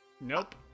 Nope